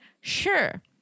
sure